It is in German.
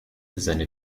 seine